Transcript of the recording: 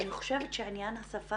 אני ביקרתי שם, אני יודעת בדיוק